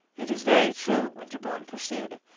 it is very true, winterbourne pursued,